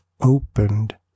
opened